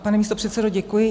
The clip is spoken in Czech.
Pane místopředsedo, děkuji.